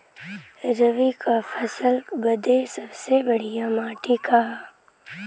रबी क फसल बदे सबसे बढ़िया माटी का ह?